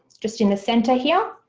just in the centre here,